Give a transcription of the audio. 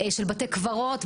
של בתי קברות,